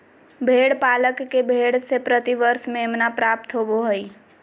भेड़ पालक के भेड़ से प्रति वर्ष मेमना प्राप्त होबो हइ